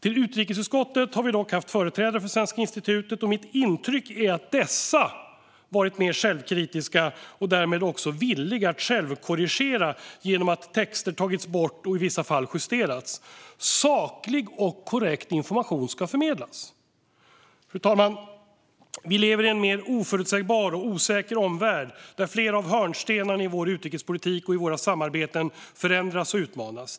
I utrikesutskottet har vi dock haft företrädare för Svenska institutet, och mitt intryck är att dessa varit mer självkritiska och därmed också villiga att självkorrigera genom att ta bort och i vissa fall justera texter. Saklig och korrekt information ska förmedlas. Fru talman! Vi lever i en mer oförutsägbar och osäker omvärld, där flera av hörnstenarna i vår utrikespolitik och i våra samarbeten förändras och utmanas.